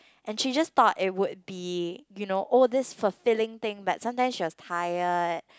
and she just thought it would be you know all these fulfilling thing but sometimes she was tired